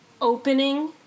opening